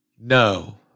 No